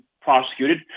prosecuted